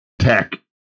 tech